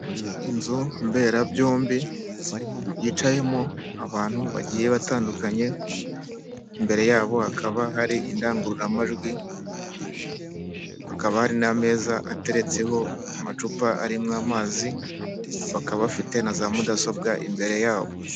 Inzu mberabyombi, yicayemo abantu bagiye batandukanye, imbere yabo hakaba hari indangururamajwi, hakaba hari n'ameza ateretseho amacupa arimo amazi, bakaba bafite na za mudasobwa imbere yabo.